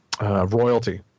royalty